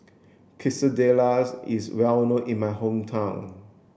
quesadillas is well known in my hometown